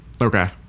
okay